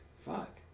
fuck